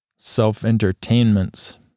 self-entertainments